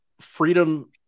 freedom